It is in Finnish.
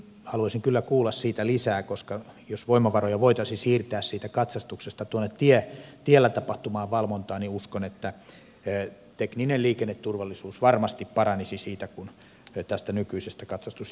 haluaisin kyllä kuulla siitä lisää koska jos voimavaroja voitaisiin siirtää siitä katsastuksesta tuonne tiellä tapahtuvaan valvontaan niin uskon että tekninen liikenneturvallisuus varmasti paranisi tästä nykyisestä katsastusjärjestelmästä